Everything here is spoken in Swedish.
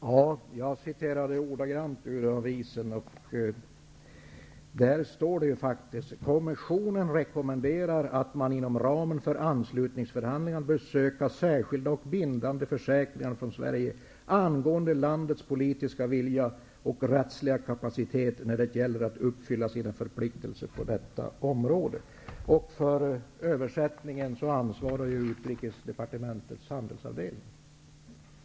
Herr talman! Jag citerade ordagrant ur avisen i fråga. Där står det faktiskt: Kommissionen rekommenderar att man inom ramen för anslutningsförhandlingar bör söka särskilda och bindande försäkringar från Sverige angående landets politiska vilja och rättsliga kapacitet när det gäller att uppfylla sina förpliktelser på detta område. För översättningen svarar Utrikesdepartementets handelsavdelning.